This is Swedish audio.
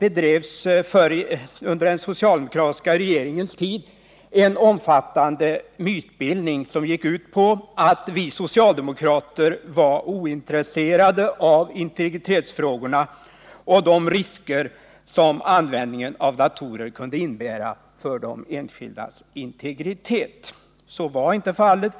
bedrevs det under den socialdemokratiska regeringens tid en omfattande mytbildning som gick ut på att vi socialdemokrater var ointresserade av integritetsfrågorna och de risker som användningen av datorer kunde innebära för de enskildas integritet. Så var inte fallet.